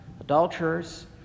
adulterers